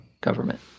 government